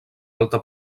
alta